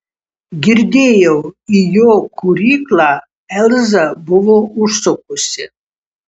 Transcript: girdėjau į jo kūryklą elza buvo užsukusi